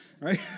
Right